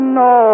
no